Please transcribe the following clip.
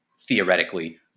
theoretically